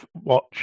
watch